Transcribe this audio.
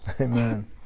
amen